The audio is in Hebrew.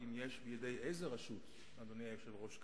בין היתר נטען כי המשרד ונציגויותיו הם כר פורה ל"אורגיות,